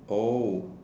oh